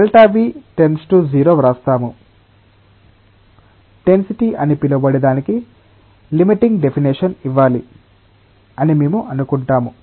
కాబట్టి మేము Δ𝑣 → 0 వ్రాస్తాము డెన్సిటీ అని పిలవబడే దానికి లిమిటింగ్ డెఫినేషన్ ఇవ్వాలి అని మేము అనుకుంటాము